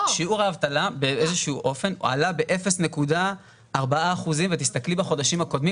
שיעור האבטלה באיזה שהוא אופן עלה ב-0.4% ותסתכלי בחודשים הקודמים